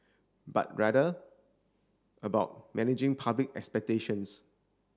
but rather about managing public expectations